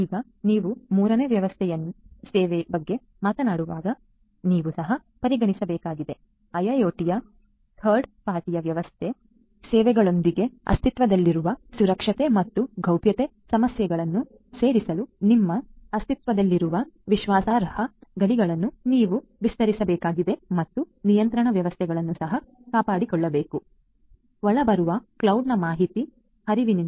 ಈಗ ನೀವು ಮೂರನೇ ವ್ಯಕ್ತಿಯ ಸೇವೆಯ ಬಗ್ಗೆ ಮಾತನಾಡುವಾಗ ನೀವು ಸಹ ಪರಿಗಣಿಸಬೇಕಾಗಿದೆ IIoT ಯು ಥರ್ಡ್ ಪಾರ್ಟಿ ವ್ಯಕ್ತಿಯ ಸೇವೆಗಳೊಂದಿಗೆ ಅಸ್ತಿತ್ವದಲ್ಲಿರುವ ಸುರಕ್ಷತೆ ಮತ್ತು ಗೌಪ್ಯತೆ ಸಮಸ್ಯೆಗಳನ್ನು ಸೇರಿಸಲು ನಿಮ್ಮ ಅಸ್ತಿತ್ವದಲ್ಲಿರುವ ವಿಶ್ವಾಸಾರ್ಹ ಗಡಿಗಳನ್ನು ನೀವು ವಿಸ್ತರಿಸಬೇಕಾಗಿದೆ ಮತ್ತು ನಿಯಂತ್ರಣ ವ್ಯವಸ್ಥೆಗಳನ್ನು ಸಹ ಕಾಪಾಡಿಕೊಳ್ಳಬೇಕು ಒಳಬರುವ ಕ್ಲೌಡ್ ನ ಮಾಹಿತಿ ಹರಿವಿನಿಂದ